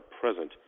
present